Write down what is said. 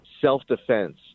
self-defense